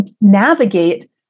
navigate